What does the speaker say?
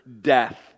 death